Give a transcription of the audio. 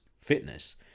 fitness